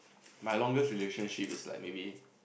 my longest relationship is like maybe